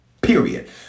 Period